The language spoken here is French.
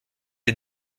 est